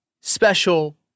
special